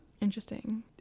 Interesting